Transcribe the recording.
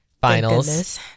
Finals